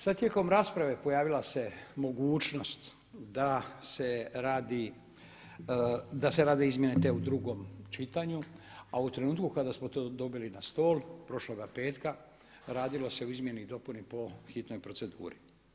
Sad tijekom rasprave pojavila se mogućnost da se rade izmjene te u drugom čitanju, a u trenutku kada smo to dobili na stol prošloga petka radilo se o izmjeni i dopuni po hitnoj proceduri.